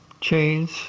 chains